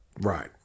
Right